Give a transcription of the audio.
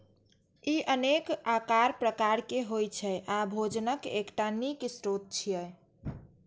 ई अनेक आकार प्रकार के होइ छै आ भोजनक एकटा नीक स्रोत छियै